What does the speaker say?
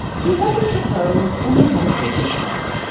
he eventually proposed, and they had a vegas wedding.